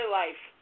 life